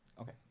Okay